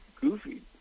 goofy